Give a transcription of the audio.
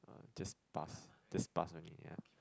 uh just pass just pass only yeah